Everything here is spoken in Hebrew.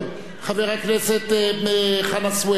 חבר הכנסת חנא סוייד.